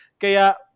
Kaya